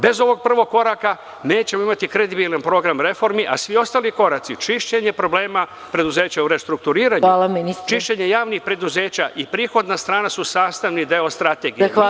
Bez ovog prvog koraka nećemo imati kredibilan program reformi, a svi ostali koraci, čišćenje problema preduzeća u restrukturiranju, čišćenje javnih preduzeća i prihodna strana su sastavni deo strategije.